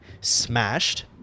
smashed